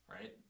Right